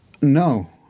No